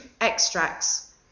extracts